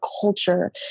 culture